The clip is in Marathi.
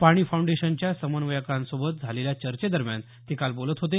पाणी फाऊंडेशनच्या समन्वयकांसोबत झालेल्या चर्चेदरम्यान ते बोलत होते